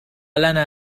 لنا